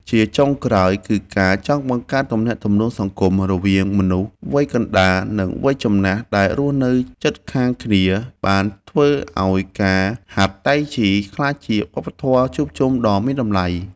ជាចុងក្រោយ គឺការចង់បង្កើតទំនាក់ទំនងសង្គមរវាងមនុស្សវ័យកណ្ដាល និងវ័យចំណាស់ដែលរស់នៅជិតខាងគ្នា បានធ្វើឱ្យការហាត់តៃជីក្លាយជាវប្បធម៌ជួបជុំដ៏មានតម្លៃ។